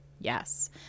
Yes